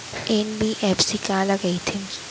NBFC काला कहिथे?